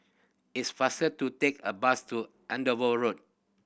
it's faster to take a bus to Andover Road